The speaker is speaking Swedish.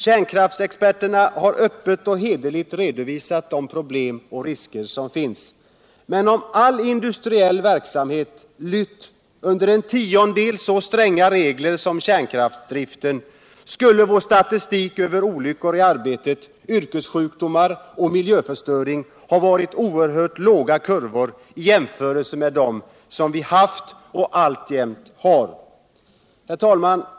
Kärnkrafitsexperterna har öppet och hederligt redovisat de problem och risker som finns. Men om all industriell verksamhet lytt under en tiondel så stränga regler som kärnkraftsdriften, skulle vår statistik över olycksfall i arbete, yrkessjukdomar och miljöförstöring ha haft oerhört låga kurvor i jämförelse med dem vi haft och alltjämt har. Herr talman!